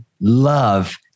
love